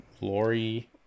Lori